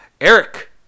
Eric